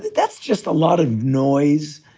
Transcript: that's just a lot of noise.